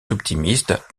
optimiste